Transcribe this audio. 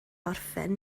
orffen